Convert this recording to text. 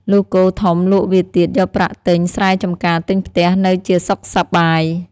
លុះគោធំលក់វាទៀតយកប្រាក់ទិញស្រែចំការទិញផ្ទះនៅជាសុខសប្បាយ។